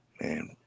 Man